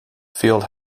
field